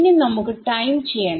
ഇനി നമുക്ക് ടൈം ചെയ്യണം